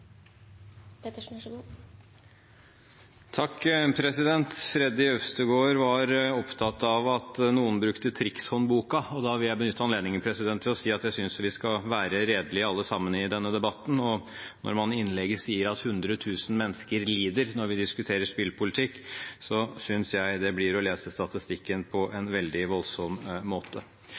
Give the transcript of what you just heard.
Freddy André Øvstegård var opptatt av at noen brukte trikshåndboken. Da vil jeg benytte anledningen til å si at jeg synes vi skal være redelige, alle sammen i denne debatten. Når vi diskuterer spillpolitikk og man i innlegget sier at hundre tusen mennesker lider, synes jeg det blir å lese statistikken på en voldsom måte.